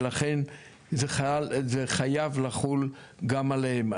ולכן זה חייב, זה חייב לחול גם עליהם.